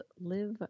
Live